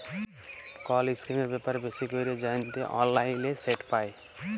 call ইসকিমের ব্যাপারে বেশি ক্যরে জ্যানতে অললাইলে সেট পায়